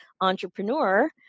entrepreneur